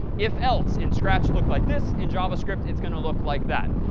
if else in scratch looked like this. in javascript, it's going to look like that.